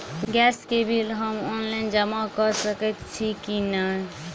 Gas केँ bill हम online जमा कऽ सकैत छी की नै?